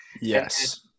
Yes